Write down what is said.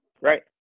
Right